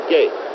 Gate